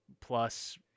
plus